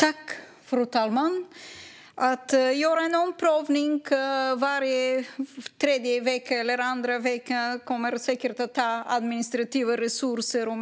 Fru talman! Att göra en omprövning varannan eller varje tredje vecka kommer att ta administrativa resurser i anspråk.